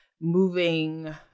moving